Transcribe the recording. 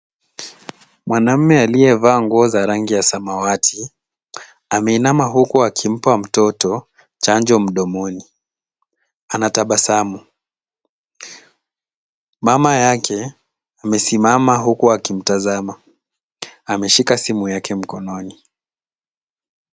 Mwanamme aliyevaa nguo za rangi ya samawati ameinama huku akimpa mtoto chanjo mdomoni. Anatabasamu. Mama yake amesimama huku akimtazama. Ameshika simu mkononi.